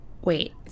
Wait